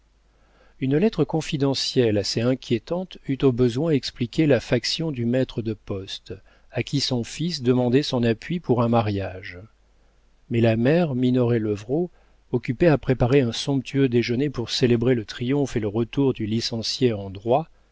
une lettre confidentielle assez inquiétante eût au besoin expliqué la faction du maître de poste à qui son fils demandait son appui pour un mariage mais la mère minoret levrault occupée à préparer un somptueux déjeuner pour célébrer le triomphe et le retour du licencié